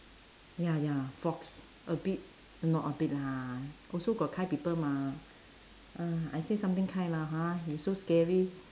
ya ya fox a bit not a bit lah also got kind people mah uh I said something kind lah ha you so scary